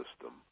system